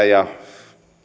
ja